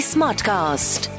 Smartcast